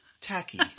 Tacky